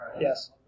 Yes